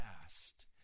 past